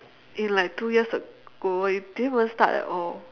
in like two years ago it didn't even start at all